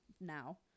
now